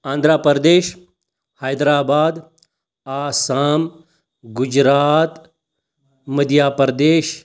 Andhra Pradesh Hyderabad Assam Gujarat Madhya Pradesh